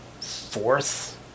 fourth